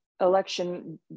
election